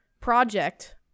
project